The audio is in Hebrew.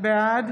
בעד